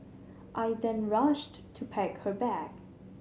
I then rushed to pack her bag